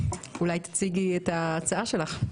אולי תציגי את ההצעה שלך.